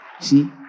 See